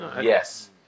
Yes